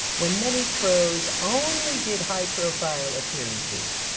when many pros only did high-profile appearances,